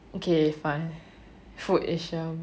okay fun food asia